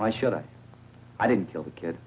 why should i i didn't kill the kid